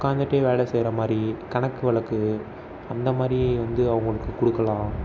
உக்காந்துட்டே வேலை செய்கிற மாதிரி கணக்கு வழக்கு அந்தமாதிரி வந்து அவங்குளுக்கு கொடுக்குலாம்